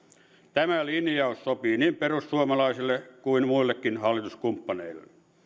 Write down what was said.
tämä linjaus sopii niin perussuomalaisille kuin muillekin hallituskumppaneille